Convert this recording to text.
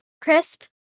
crisp